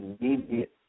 immediate